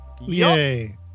Yay